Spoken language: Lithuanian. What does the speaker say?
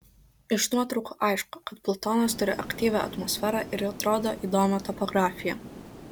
iš nuotraukų aišku kad plutonas turi aktyvią atmosferą ir atrodo įdomią topografiją